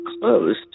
closed